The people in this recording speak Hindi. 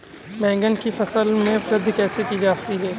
बैंगन की फसल में वृद्धि कैसे की जाती है?